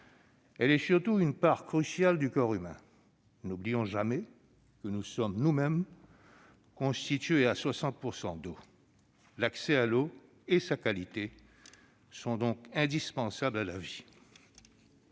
elle est surtout une part cruciale du corps humain. N'oublions jamais que nous sommes nous-mêmes constitués à 60 % d'eau. L'accès à l'eau et sa qualité sont donc indispensables à la vie.